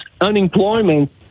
unemployment